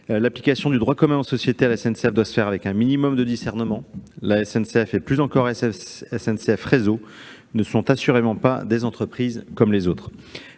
L'application du droit commun des sociétés à la SNCF doit se faire avec un minimum de discernement. La SNCF et, plus encore, SNCF Réseau ne sont assurément pas des entreprises comme les autres.